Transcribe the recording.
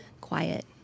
quiet